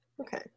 okay